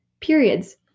periods